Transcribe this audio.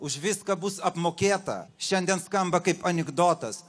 už viską bus apmokėta šiandien skamba kaip anekdotas